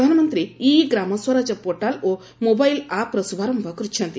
ପ୍ରଧାନମନ୍ତ୍ରୀ e Gramswaraj portal ଓ mobile ଆପ୍ର ଶୁଭାରୟ କରିଛନ୍ତି